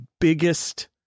biggest